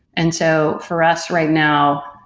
and so, for us, right now,